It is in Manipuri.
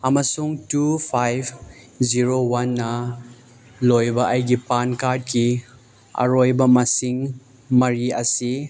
ꯑꯃꯁꯨꯡ ꯇꯨ ꯐꯥꯏꯚ ꯖꯤꯔꯣ ꯋꯥꯟꯅ ꯂꯣꯏꯕ ꯑꯩꯒꯤ ꯄꯥꯟ ꯀꯥꯔꯠꯀꯤ ꯑꯔꯣꯏꯕ ꯃꯁꯤꯡ ꯃꯔꯤ ꯑꯁꯤ